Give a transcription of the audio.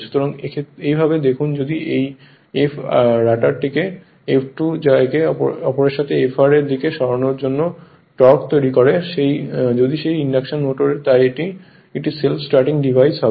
সুতরাং এইভাবে যদি দেখুন এই ∅ রটারটিকেr F2 যা একে অপরের সাথে Fr এর দিকে সরানোর জন্য টর্ক তৈরি করে যদি সেই ইন্ডাকশন মোটর তাই একটি সেল্ফ স্টার্টিং ডিভাইস হয়